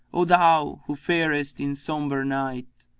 o thou who farest in sombrest night,